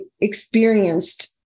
experienced